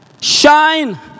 shine